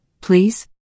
please